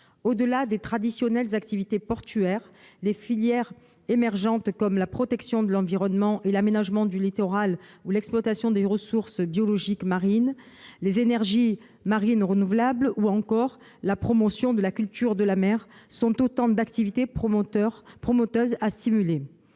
Au-delà des traditionnelles activités portuaires, des filières émergentes, comme la protection de l'environnement et l'aménagement du littoral, l'exploitation des ressources biologiques marines, les énergies marines renouvelables ou encore la promotion de la culture de la mer, sont autant d'activités porteuses à stimuler.